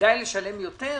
כדאי לשלם יותר,